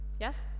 Yes